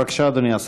בבקשה, אדוני השר.